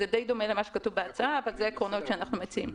זה די דומה למה שכתוב בהצעה אבל אלה העקרונות שאנחנו מציעים.